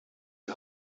die